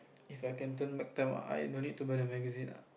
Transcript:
If I can turn back time ah I don't need to buy the magazine ah